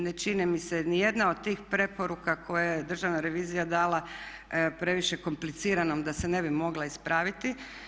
Ne čini mi se nijedna od tih preporuka koje je Državna revizija dala previše kompliciranom da se ne bi mogla ispraviti.